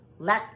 let